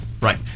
Right